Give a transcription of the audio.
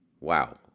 Wow